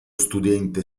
studente